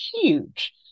huge